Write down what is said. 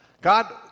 God